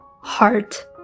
heart